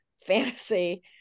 fantasy